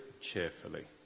cheerfully